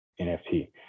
NFT